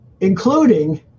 including